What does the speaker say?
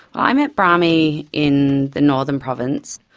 i met brami in the northern province.